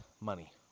Money